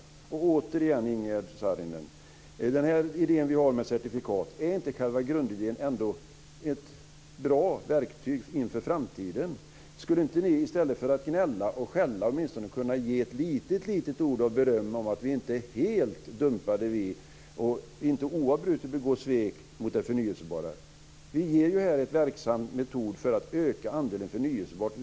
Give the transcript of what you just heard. Jag vill återigen ställa min fråga till Ingegerd Saarinen: Är inte själva grundidén med de här certifikaten ett bra verktyg inför framtiden? Skulle ni inte, i stället för att gnälla och skälla, åtminstone kunna ge ett litet berömmande ord om att vi inte är helt dumpade och inte oavbrutet begår svek mot det förnyelsebara? Vi ger ju här en verksam metod för att öka andelen förnyelsebart.